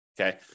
Okay